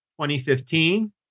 2015